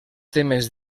temes